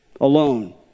Alone